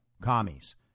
commies